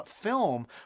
film